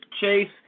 Chase